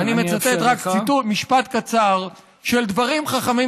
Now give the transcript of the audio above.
אני מצטט רק משפט קצר של דברים חכמים,